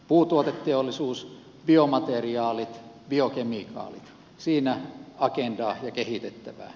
puutuoteteollisuus biomateriaalit biokemikaalit siinä agendaa ja kehitettävää